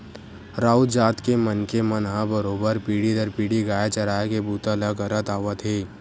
राउत जात के मनखे मन ह बरोबर पीढ़ी दर पीढ़ी गाय चराए के बूता ल करत आवत हे